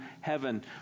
heaven